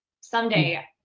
someday